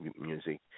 music